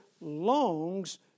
longs